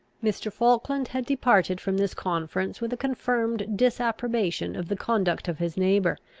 mr. falkland had departed from this conference with a confirmed disapprobation of the conduct of his neighbour,